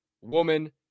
woman